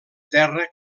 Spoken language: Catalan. terra